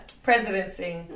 Presidency